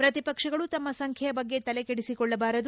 ಪ್ರತಿಪಕ್ಷಗಳು ತಮ್ಮ ಸಂಖ್ಯೆಯ ಬಗ್ಗೆ ತಲೆಕೆಡಿಸಿಕೊಳ್ಳಬಾರದು